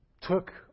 took